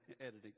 editing